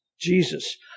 Jesus